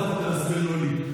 את זה אתן לרב קוק להסביר, לא לי.